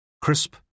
crisp